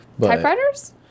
Typewriters